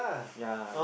ya